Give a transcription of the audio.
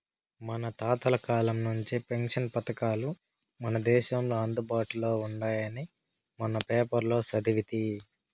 మన తాతల కాలం నుంచే పెన్షన్ పథకాలు మన దేశంలో అందుబాటులో ఉండాయని మొన్న పేపర్లో సదివితి